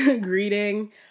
greeting